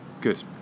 good